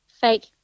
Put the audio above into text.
Fake